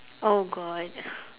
oh god